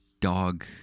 dog